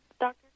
Doctor